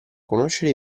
conoscere